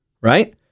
right